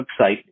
website